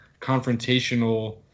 confrontational